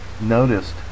noticed